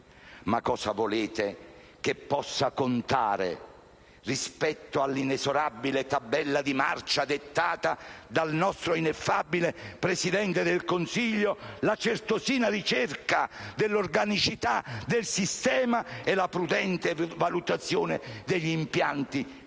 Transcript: Ma cosa volete che possano contare, rispetto all'inesorabile tabella di marcia dettata dal nostro ineffabile Presidente del Consiglio, la certosina ricerca dell'organicità del sistema e la prudente valutazione degli impianti